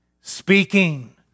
Speaking